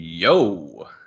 Yo